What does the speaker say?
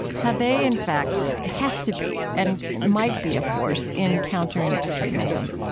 how they in fact have to be and might be a force in countering extremism?